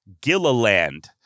Gilliland